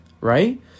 right